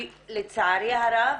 כי לצערי הרב,